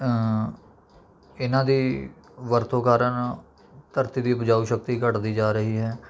ਇਨ੍ਹਾਂ ਦੀ ਵਰਤੋਂ ਕਾਰਨ ਧਰਤੀ ਦੀ ਉਪਜਾਊ ਸ਼ਕਤੀ ਘੱਟਦੀ ਜਾ ਰਹੀ ਹੈ